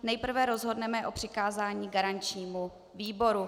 Nejprve rozhodneme o přikázání garančnímu výboru.